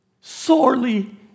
Sorely